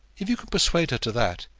if you can persuade her to that,